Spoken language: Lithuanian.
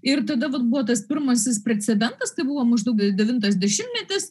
ir tada vat buvo tas pirmasis precedentas tai buvo maždaug devintas dešimtmetis